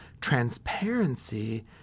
transparency